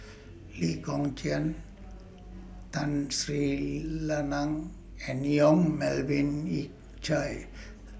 Lee Kong Chian Tun Sri Lanang and Yong Melvin Yik Chye